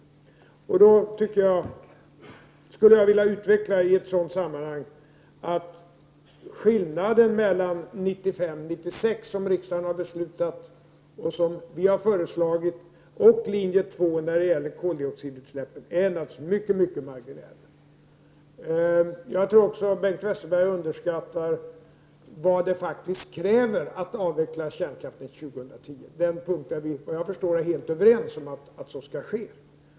I ett sådant sammanhang skulle jag vilja utveckla att skillnaden i koldioxidutsläppen mellan riksdagsbeslutet om 1995 och 1996, som vi har föreslagit, och linje 2 naturligtvis är mycket marginell. Jag tror också att Bengt Westerberg underskattar vad som faktiskt krävs för att avveckla kärnkraften år 2010. Vi är såvitt jag förstår helt överens om att så skall ske.